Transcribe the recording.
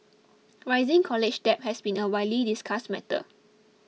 rising college debt has been a widely discussed matter